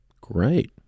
Great